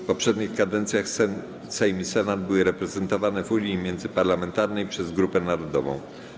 W poprzednich kadencjach Sejm i Senat były reprezentowane w Unii Międzyparlamentarnej przez grupę narodową.